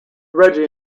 reggie